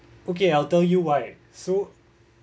okay I'll tell you why so